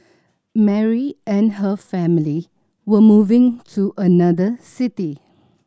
Mary and her family were moving to another city